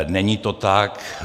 Není to tak.